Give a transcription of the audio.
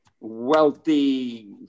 wealthy